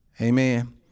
Amen